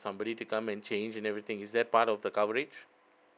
somebody to come and change and everything is that part of the coverage